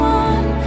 one